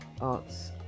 arts